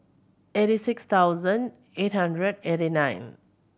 eighty six thousand eight hundred eighty nine